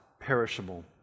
perishable